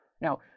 Now